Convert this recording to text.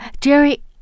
Jerry